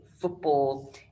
football